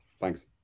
Thanks